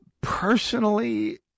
personally